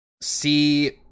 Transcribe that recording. see